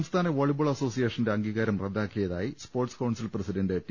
സംസ്ഥാന വോളിബോൾ അസോസിയേഷന്റെ അംഗീകാരം റദ്ദാ ക്കിയതായി സ്പോർട്സ് കൌൺസിൽ പ്രസിഡന്റ് ടി